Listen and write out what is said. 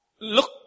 Look